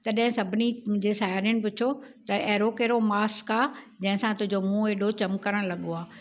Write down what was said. तॾहिं सभिनी मुंहिंजे साहेड़ियुनि पुछो त अहिड़ो कहिड़ो मास्क आहे जंहिंसा तुंहिंजो मुंहुं एॾो चिमकणु लॻो आहे